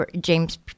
James